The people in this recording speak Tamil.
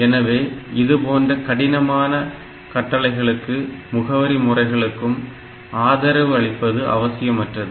எனவே இதுபோன்ற கடினமான கட்டளைகளுக்கும் முகவரி முறைகளுக்கும் ஆதரவு அளிப்பது அவசியமற்றது